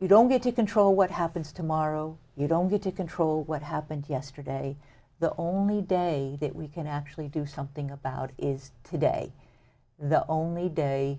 you don't get to control what happens tomorrow you don't get to control what happened yesterday the only day that we can actually do something about is today the only day